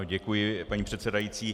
Děkuji, paní předsedající.